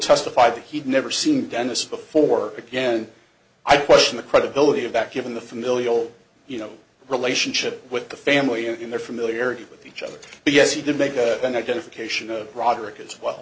testified that he'd never seen dennis before again i question the credibility of back in the familial you know relationship with the family and in their familiarity with each other but yes he did make an identification of broderick as well